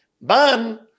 Ban